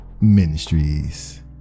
Ministries